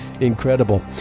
incredible